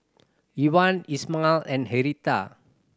Evon and Hertha